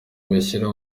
bashyirwa